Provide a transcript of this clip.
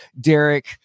Derek